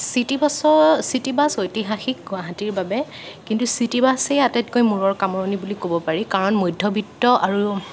চিটিবাছঅ city bus ঐতিহাসিক গুৱাহাটীৰ বাবে কিন্তু চিটিবাছেই আটাইতকৈ মূৰৰ কামোৰণি বুলি ক'ব পাৰি কাৰণ মধ্যবিত্ত আৰু